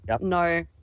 no